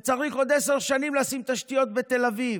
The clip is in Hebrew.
צריך עוד עשר שנים לשים תשתיות בתל אביב.